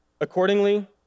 Accordingly